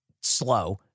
slow